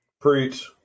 Preach